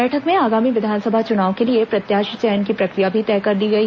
बैठक में आगामी विधानसभा चुनाव के लिए प्रत्याशी चयन की प्रक्रिया भी तय कर दी गई